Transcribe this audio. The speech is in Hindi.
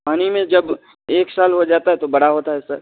पानी में जब एक साल हो जाता है तो बड़ा होता है सर